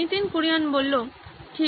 নীতিন কুরিয়ান ঠিক